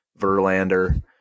Verlander